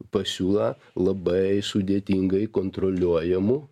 pasiūla labai sudėtingai kontroliuojamų